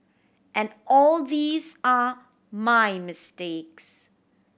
and all these are my mistakes